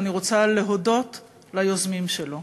ואני רוצה להודות ליוזמים שלו.